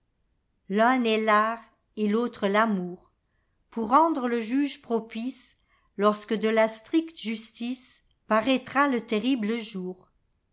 l'un est l'art et l'autre l'amour pour rendre le juge propice lorsque de la stricte justiceparaîtra le terrible jour